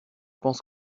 pense